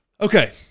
Okay